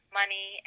money